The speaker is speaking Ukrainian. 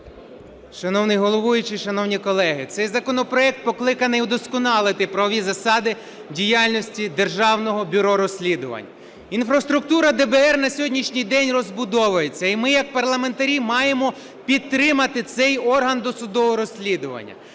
Шановний головуючий, шановні колеги! Цей законопроект покликаний удосконалити правові засади діяльності Державного бюро розслідувань. Інфраструктура ДБР на сьогоднішній день розбудовується, і ми як парламентарі маємо підтримати цей орган досудового розслідування.